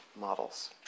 models